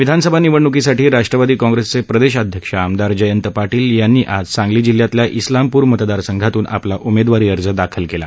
विधानसभा निवडणुकीसाठी राष्ट्रवादी कॉग्रेसचे प्रदेशाध्यक्ष आमदार जयंत पाटील यांनी आज सांगली जिल्ह्यातल्या इस्लामपूर मतदारसंघातून आपला उमेदवारी अर्ज दाखल केला